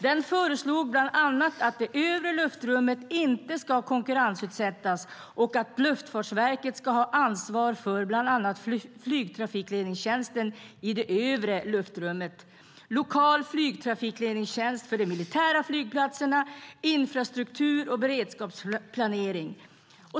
Den föreslog bland annat att det övre luftrummet inte skulle konkurrensutsättas och att Luftfartsverket skulle ha ansvar för bland annat flygtrafikledningstjänsten i det övre luftrummet, lokal flygtrafikledningstjänst för de militära flygplatserna, infrastruktur och beredskapsplanering.